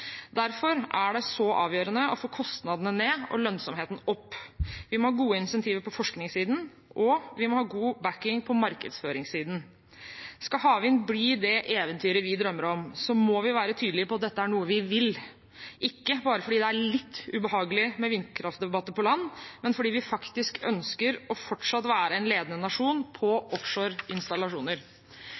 Derfor er det så avgjørende å få kostnadene ned og lønnsomheten opp. Vi må ha gode incentiver på forskningssiden, og vi må ha god backing på markedsføringssiden. Skal havvind bli det eventyret vi drømmer om, må vi være tydelige på at dette er noe vi vil, ikke bare fordi det er litt ubehagelig med debatter om vindkraft på land, men fordi vi faktisk ønsker fortsatt å være en ledende nasjon på offshoreinstallasjoner,